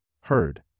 heard